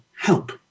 help